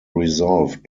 resolved